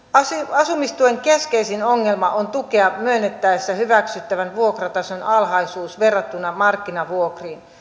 asumistuen keskeisin ongelma on tukea myönnettäessä hyväksyttävän vuokratason alhaisuus verrattuna markkinavuokriin